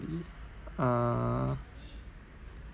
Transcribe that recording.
err